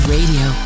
Radio